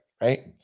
right